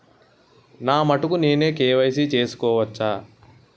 నా మటుకు నేనే కే.వై.సీ చేసుకోవచ్చా?